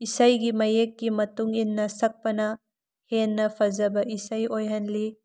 ꯏꯁꯩꯒꯤ ꯃꯌꯦꯛꯀꯤ ꯃꯇꯨꯡ ꯏꯟꯅ ꯁꯛꯄꯅ ꯍꯦꯟꯅ ꯐꯖꯕ ꯏꯁꯩ ꯑꯣꯏꯍꯜꯂꯤ